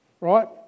Right